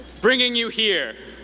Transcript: bringing you here,